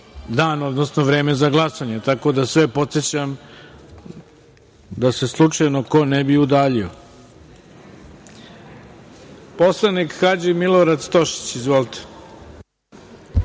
dan, odnosno vreme za glasanje. Tako da, sve podsećam da se slučajno ko ne bi udaljio. Poslanik Hadži Milorad Stošić ima reč.